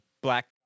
black